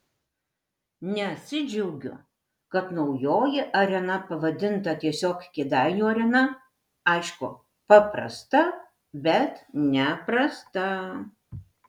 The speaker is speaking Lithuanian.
neatsidžiaugiu kad naujoji arena pavadinta tiesiog kėdainių arena aišku paprasta bet ne prasta